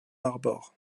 harbor